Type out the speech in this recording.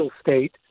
state